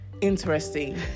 interesting